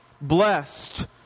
Blessed